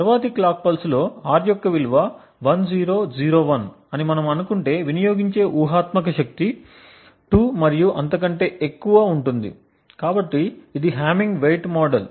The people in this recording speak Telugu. తరువాతి క్లాక్ పల్స్ లో R యొక్క విలువ 1001 అని మనం అనుకుంటే వినియోగించే ఊహాత్మక శక్తి 2 మరియు అంతకంటే ఎక్కువ ఉంటుంది కాబట్టి ఇది హామ్మింగ్ వెయిట్ మోడల్